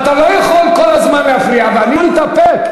אתה לא יכול כל הזמן להפריע, ואני מתאפק.